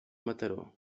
mataró